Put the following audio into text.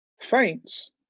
faints